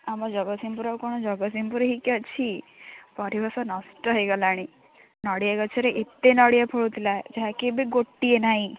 ଆମ ଜଗତସିଂହପୁର ଆଉ କ'ଣ ଜଗତସିଂହପୁର ହେଇକି ଅଛି ପରିବେଶ ନଷ୍ଟ ହେଇଗଲାଣି ନଡ଼ିଆ ଗଛରେ ଏତେ ନଡ଼ିଆ ଫଳୁଥିଲା ଯାହାକି ଏବେ ଗୋଟିଏ ନାହିଁ